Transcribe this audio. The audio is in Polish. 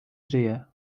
żyje